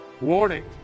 Warning